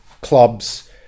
clubs